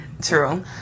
True